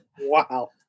wow